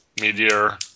Meteor